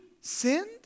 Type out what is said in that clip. sinned